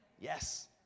Yes